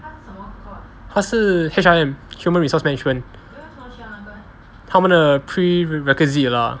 他是 H_R_M human resource management 他们的 pre-requisite lah